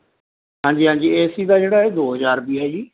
ਹਾਂਜੀ ਹਾਂਜੀ A C ਦਾ ਜਿਹੜਾ ਹੈ ਦੋ ਹਜ਼ਾਰ ਰੁਪਏ ਹੈ ਜੀ